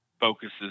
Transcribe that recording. focuses